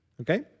Okay